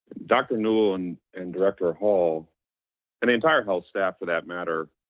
dr. newel and and director hall and the entire health staff for that matter